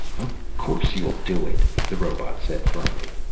of course you'll do it, the robot said firmly.